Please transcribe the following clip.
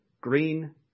green